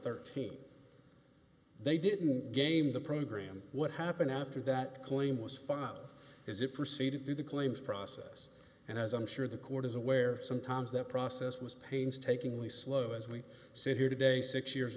thirteen they didn't game the program what happened after that claim was filed is it proceed through the claims process and as i'm sure the court is aware sometimes that process was painstakingly slow as we sit here today six years